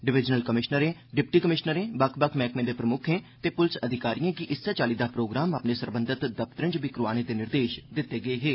divisional कमिशनरें deputy कमिशनरें बक्ख बक्ख मैहकमें दे प्रम्क्खें ते प्लस अधिकारिएं गी इस्सै चाल्ली दा प्रोग्राम अपने सरबंध दफ्तरें च बी करोआने दे निर्देश दित्ते गे हे